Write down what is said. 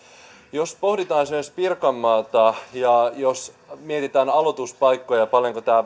jos pohditaan esimerkiksi pirkanmaata ja jos mietitään aloituspaikkoja paljonko tämä